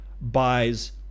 buys